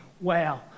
wow